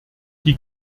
die